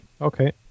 Okay